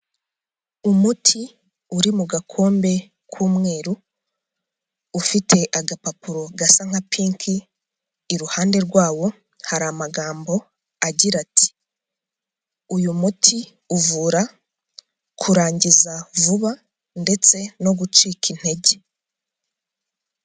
Umuti uri mu gakombe k'umweru, ufite agapapuro gasa nka pinki iruhande rwawo hari amagambo agira ati: "uyu muti uvura kurangiza vuba ndetse no gucika intege".